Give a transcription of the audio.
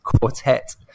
quartet